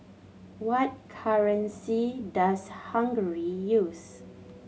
what currency does Hungary use